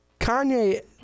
Kanye